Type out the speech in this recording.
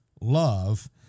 love